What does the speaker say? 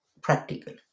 practical